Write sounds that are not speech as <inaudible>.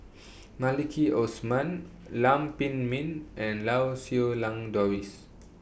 <noise> Maliki Osman Lam Pin Min and Lau Siew Lang Doris